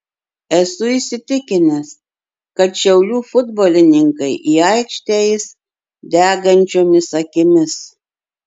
esu įsitikinęs kad šiaulių futbolininkai į aikštę eis degančiomis akimis